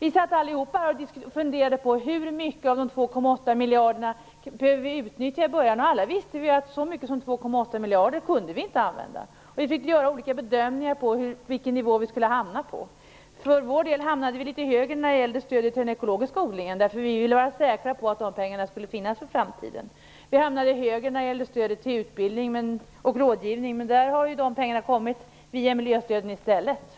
Vi satt alla här och funderade på hur mycket av de 2,8 miljarderna som vi behöver utnyttja i början. Alla visste vi att så mycket som 2,8 miljarder kunde vi inte använda. Vi fick göra olika bedömningar av vilken nivå vi skulle hamna på. För vår del hamnade vi litet högre när det gäller stödet till den ekologiska odlingen. Vi vill nämligen vara säkra på att de pengarna skulle finnas för framtiden. Vi hamnade också högre när det gällde stödet till utbildning och rådgivning. De pengarna har kommit via miljöstöden i stället.